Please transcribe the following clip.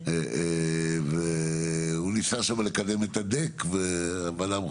ולכן בעצם התמורה שהוא יושב ואל תעשה אמורה להיות באיזה